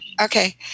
Okay